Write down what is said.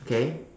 okay